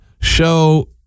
show